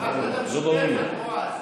לא ברור לי.